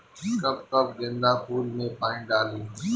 कब कब गेंदा फुल में पानी डाली?